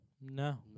No